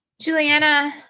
Juliana